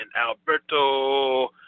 Alberto